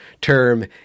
term